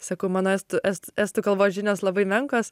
sakau mano estų est estų kalbos žinios labai menkos